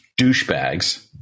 douchebags